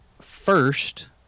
first